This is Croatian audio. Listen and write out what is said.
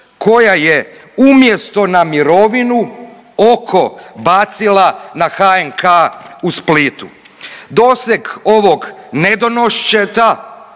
koja je umjesto na mirovinu oko bacila na HNK u Splitu. Doseg ovog nedonoščeta